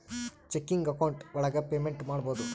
checking account ಒಳಗ payment ಮಾಡ್ಬೋದು